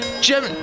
Jim